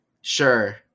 Sure